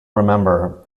remember